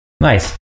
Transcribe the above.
nice